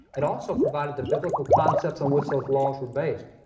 it also provided the biblical concepts on which those laws were based.